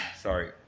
sorry